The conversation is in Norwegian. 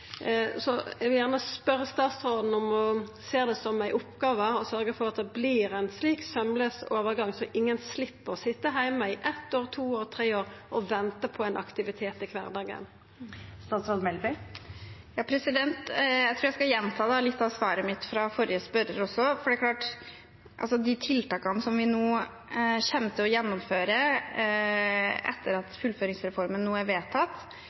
Eg vil gjerne spørja statsråden om ho ser det som ei oppgåve å sørgja for at det vert ein slik saumlaus overgang, så ein slepp å sitja heime i eitt år, to år, tre år og venta på ein aktivitet i kvardagen. Jeg tror jeg skal gjenta litt av svaret mitt til forrige spørrer, for det er klart at de tiltakene vi nå kommer til å gjennomføre etter at fullføringsreformen er vedtatt,